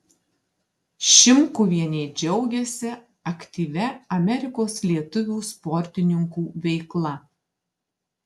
šimkuvienė džiaugiasi aktyvia amerikos lietuvių sportininkų veikla